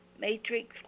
matrix